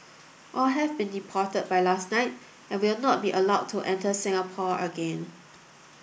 all have been deported by last night and will not be allowed to enter Singapore again